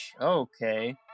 okay